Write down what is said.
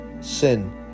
sin